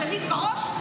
delete בראש?